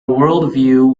worldview